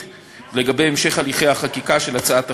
לגבי המשך הליכי החקיקה של הצעת החוק.